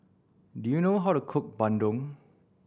do you know how to cook Bandung